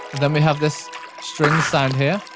then we have this string sound here,